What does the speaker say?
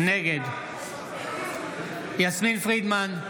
נגד יסמין פרידמן,